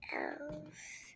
else